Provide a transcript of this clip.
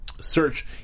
search